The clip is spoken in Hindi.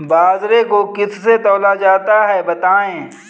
बाजरे को किससे तौला जाता है बताएँ?